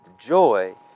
joy